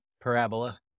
Parabola